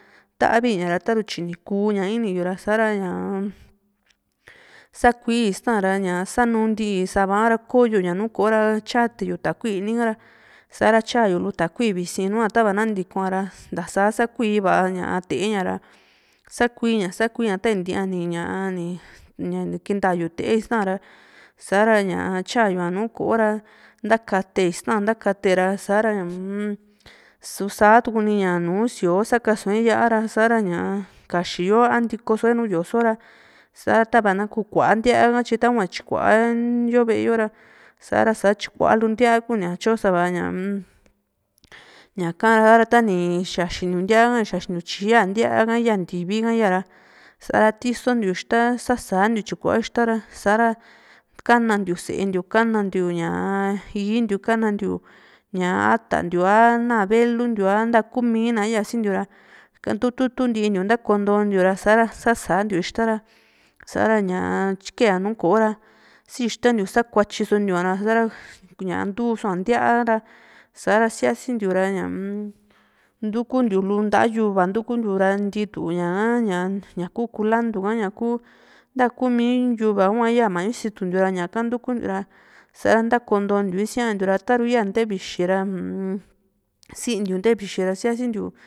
ta´vi ña ra taru tyinu kuu´ña iini yura ñaa sakuiu istaña ra sanunti sa´va ra koyo ña nùù ko´o ra tyate yu takui ini kara sa´ra tyayu takui visi nua tava na ntikoara sa´sa kui va´a ña te´e ña´ra sakuiña sakuiña ta ni ntia ni kintayu tee ista´ra sa´ra ñaa tyayuña nùù ko´o ra ntakate ista ntakate ra sa´ra ñaa susa tuuni ña nùù síoo sakasue yá´a ra ña kaxiyo a ntikosoe nùù yoso ra sa tava na kukua ntíaa ha tyi tahua tyikua yo ve´e ra sa´ra sa tyikua lu ntíaa kunia tyo sava ña ñaka ra sara tani xaxi yu ntíaa ni xaxi tyi ya ntíaa ha ya ntivi ha yaa sa´a tisontiu ixta ha sasantiu tyi kua ixta ra sa´ra kanatiu s´ee ntiu kana ntiu ña ii´ntiu kana ntiu ña atantiu a naa veluu ntiu a ntakumi na iyaa sintiu ra ika kututuntintiu ntakontontiu ra sa´ra sasantiu ixta ra sa´ra ñaa tyim keaa nùù ko´o ra si ixtantiu sakuatyi so ntiuña ra ña ntusoa ntíaa ra sa´ra sa siasintiu un ntukuntiu lu nta yuva ntukuntiu ra ntitu ñaha ñaku kulantu ka ñaku ntakumi yuku ka hua yaa mañusituntiu ra ñaka ntikuntiu ra sa ntakontontiu isíantiu ra ta´ru yaa ntevixi ra u´u sintiu ntevixi ra sia´sintiu